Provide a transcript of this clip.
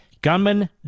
Gunman